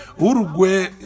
Uruguay